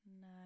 No